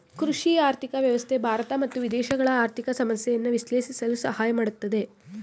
ಕೃಷಿ ಆರ್ಥಿಕ ವ್ಯವಸ್ಥೆ ಭಾರತ ಮತ್ತು ವಿದೇಶಗಳ ಆರ್ಥಿಕ ಸಮಸ್ಯೆಯನ್ನು ವಿಶ್ಲೇಷಿಸಲು ಸಹಾಯ ಮಾಡುತ್ತದೆ